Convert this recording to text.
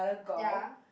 ya